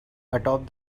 atop